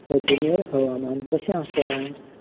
अजमेर हवामान कशें आसा